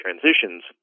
transitions